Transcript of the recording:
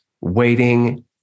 waiting